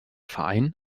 verein